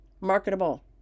marketable